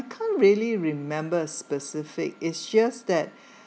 I can't really remember specific it just that